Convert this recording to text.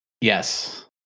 Yes